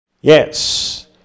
Yes